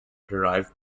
derived